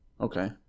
Okay